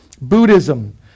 Buddhism